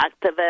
activist